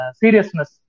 seriousness